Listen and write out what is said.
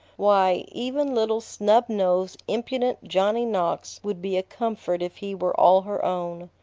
why, even little snub-nosed, impudent johnny knox would be a comfort if he were all her own.